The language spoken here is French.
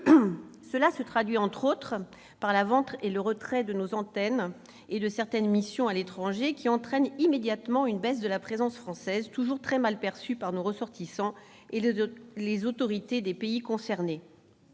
Cela se traduit, notamment, par la vente et le retrait de nos antennes et de certaines missions à l'étranger, qui entraînent immédiatement une baisse de la présence française, toujours très mal perçue par nos ressortissants et les autorités des pays concernés.